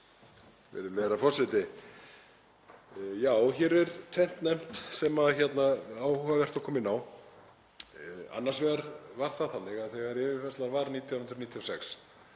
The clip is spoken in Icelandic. Virðulegur forseti. Já, hér er tvennt nefnt sem er áhugavert að koma inn á. Annars vegar var það þannig að þegar yfirfærslan varð 1996